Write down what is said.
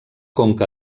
conca